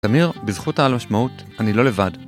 תמיר, בזכות העל משמעות, אני לא לבד.